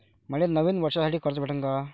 मले नवीन वर्षासाठी कर्ज भेटन का?